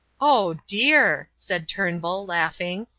oh, dear! said turnbull, laughing,